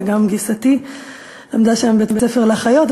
וגם גיסתי למדה שם בבית-הספר לאחיות,